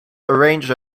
arranged